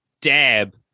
dab